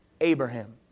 Abraham